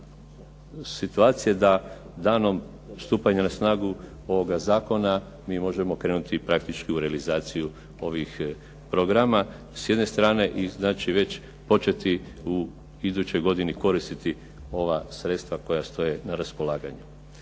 situacije da danom stupanja na snagu ovoga zakona mi možemo krenuti praktički u realizaciju ovih programa s jedne strane i već početi u idućoj godini koristiti ova sredstva koja stoje na raspolaganju.